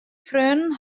freonen